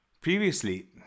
Previously